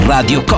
Radio